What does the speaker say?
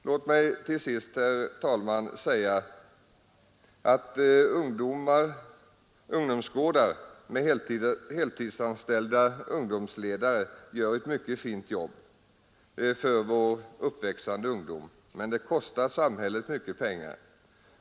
Låt mig till sist, herr talman, säga att de heltidsanställda ungdomsledarna på våra ungdomsgårdar gör ett mycket fint jobb för den uppväxande ungdomen, men det kostar också samhället mycket pengar.